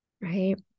Right